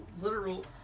literal